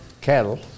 cattle